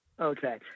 okay